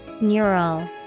Neural